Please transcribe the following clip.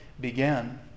began